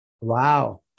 Wow